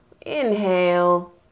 inhale